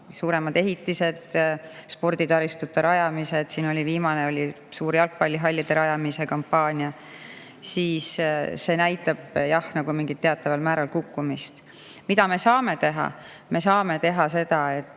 suuremad ehitised, sporditaristud, siin viimane oli suur jalgpallihallide rajamise kampaania –, siis näitab see jah nagu mingil määral kukkumist. Mida me saame teha? Me saame teha seda, et